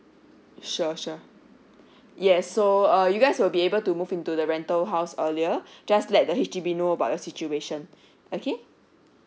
sure sure yes so uh you guys will be able to move into the rental house earlier just let the H_D_B know about your situation okay